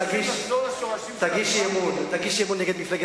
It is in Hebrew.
אתה אומר לאנשים לחזור לשורשים של עצמם?